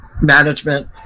management